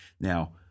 Now